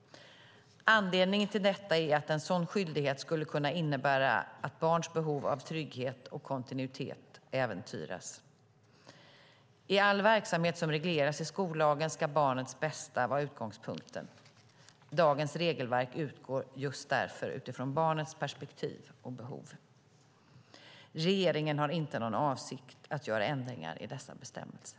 Anledningen till detta är att en sådan skyldighet skulle kunna innebära att barns behov av trygghet och kontinuitet äventyras. I all verksamhet som regleras i skollagen ska barnets bästa vara utgångspunkten. Dagens regelverk utgår just därför från barnets perspektiv och behov. Regeringen har inte någon avsikt att göra ändringar i dessa bestämmelser.